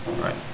Right